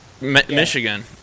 Michigan